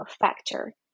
factor